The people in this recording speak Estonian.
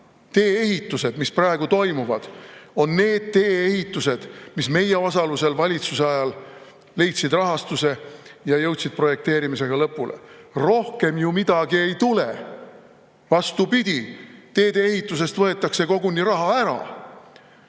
tee-ehitused, mis praegu toimuvad, on need tee-ehitused, mis meie osalusega valitsuse ajal leidsid rahastuse ja jõudsid projekteerimisega lõpule. Rohkem ju midagi ei tule. Vastupidi, tee-ehitusest võetakse koguni raha ära.